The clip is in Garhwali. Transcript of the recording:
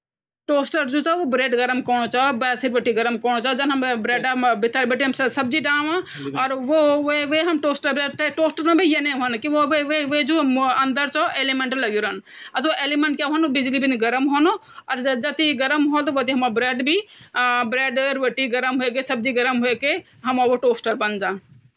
जु हाथी बारा माँ बोले जांदू की हाथी जो ची सब इकठा चलन और वो सब इकठा इल्ले चलन की उनपर क्वे भी बहार जो हौंडा अटैक न क्र पाया ार जो ऊ का बच्चा चीन ऊ ते सूकरक्षित राखुन ले ऊ एक साथ चलदा और बचो ते बीच मा जैसे की बच्चो ते क्वे नुक्सान न पहुंचे सकन